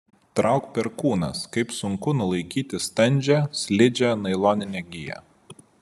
trauk perkūnas kaip sunku nulaikyti standžią slidžią nailoninę giją